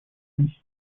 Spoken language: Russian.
миссии